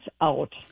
out